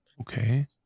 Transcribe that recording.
okay